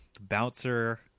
bouncer